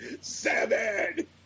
seven